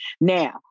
now